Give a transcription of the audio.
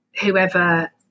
whoever